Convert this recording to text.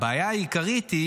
הבעיה העיקרית,